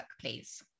please